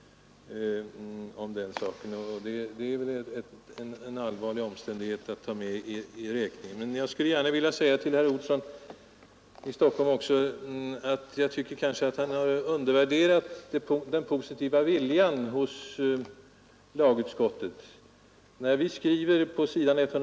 Skadeökningen är en allvarlig omständighet som bör tas med i bedömningen av behovet av särskilt skadeskydd för poliser. Jag tycker emellertid att herr Olsson i Stockholm i fortsättningen undervärderade den positiva viljan hos lagutskottet att tillgodose hans motion.